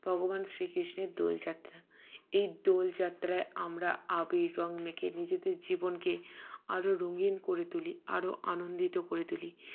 ভগবান শ্রীকৃষ্ণের দোলযাত্রা এই দোলযাত্রায় আমরা আবির রং মেখে নিজেদের জীবনকে আরও রঙিন করে তুলি আরও আনন্দিত করে তুলি